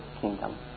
kingdom